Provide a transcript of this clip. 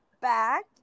back